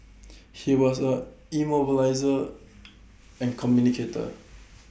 he was A immobiliser and communicator